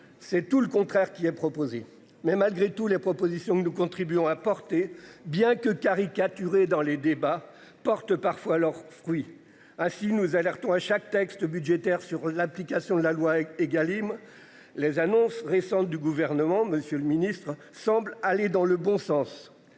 C'est tout le contraire qui est proposé, mais malgré tout les propositions que nous contribuons à porter bien que caricaturer dans les débats portent parfois leurs fruits. Ah si nous alertons à chaque texte budgétaire sur l'application de la loi Egalim. Les annonces récentes du gouvernement, Monsieur le Ministre semble aller dans le bon sens.